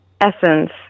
Essence